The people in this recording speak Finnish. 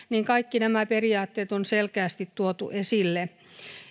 kaikki nämä periaatteet on selkeästi tuotu esille